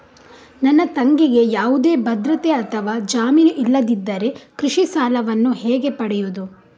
ನನ್ನ ತಂಗಿಗೆ ಯಾವುದೇ ಭದ್ರತೆ ಅಥವಾ ಜಾಮೀನು ಇಲ್ಲದಿದ್ದರೆ ಕೃಷಿ ಸಾಲವನ್ನು ಹೇಗೆ ಪಡೆಯುದು?